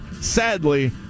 Sadly